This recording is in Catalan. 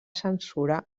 censura